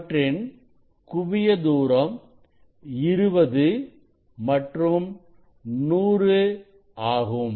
அவற்றின் குவிய தூரம் 20 மற்றும்100 ஆகும்